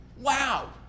Wow